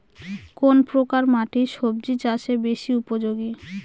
কোন প্রকার মাটি সবজি চাষে বেশি উপযোগী?